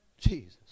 Jesus